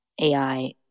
AI